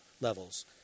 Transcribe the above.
levels